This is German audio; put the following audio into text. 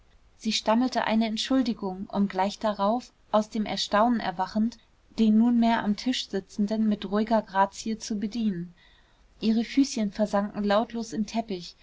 sie stammelte eine entschuldigung um gleich darauf aus dem erstaunen erwachend den nunmehr am tisch sitzenden mit ruhiger grazie zu bedienen ihre füßchen versanken lautlos im teppich